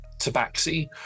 tabaxi